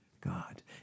God